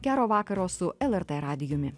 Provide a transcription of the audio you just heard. gero vakaro su lrt radijumi